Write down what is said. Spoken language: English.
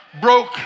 Broke